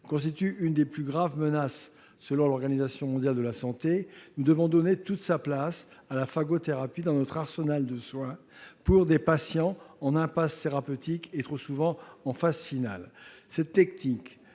constitue une des plus graves menaces, selon l'Organisation mondiale de la santé, nous devons donner toute sa place à la phagothérapie dans notre arsenal de soins pour traiter des patients qui se trouvent dans une impasse thérapeutique et, trop souvent, en phase finale. Cette technique,